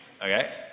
Okay